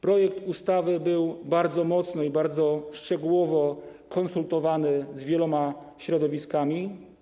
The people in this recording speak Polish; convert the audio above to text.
Projekt ustawy był bardzo mocno i bardzo szczegółowo konsultowany z wieloma środowiskami.